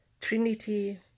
Trinity